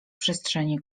przestrzeni